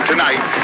Tonight